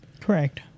Correct